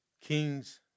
Kings